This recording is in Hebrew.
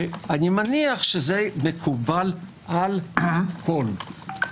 אני מניח שזה מקובל על הכול.